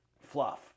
fluff